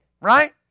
Right